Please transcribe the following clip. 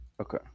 okay